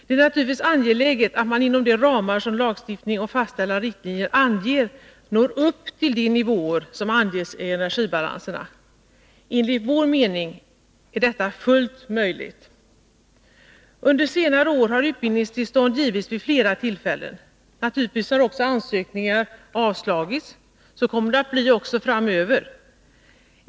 Det är naturligtvis angeläget att man inom de ramar som lagstiftning och fastställda riktlinjer fastställer når upp till de nivåer som anges i energibalanserna. Enligt vår mening är detta fullt möjligt. Under senare år har utbyggnadstillstånd givits vid flera tillfällen. Naturligtvis har också ansökningar avslagits. Så kommer det att bli även framöver.